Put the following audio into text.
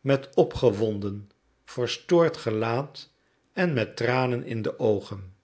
met opgewonden verstoord gelaat en met tranen in de oogen